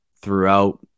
throughout